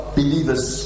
believers